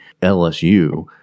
LSU